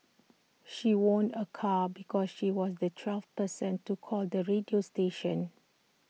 she won A car because she was the twelfth person to call the radio station